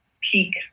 peak